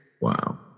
Wow